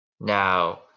now